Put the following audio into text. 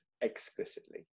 explicitly